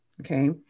Okay